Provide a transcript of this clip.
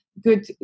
good